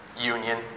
union